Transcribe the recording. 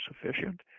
sufficient